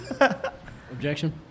Objection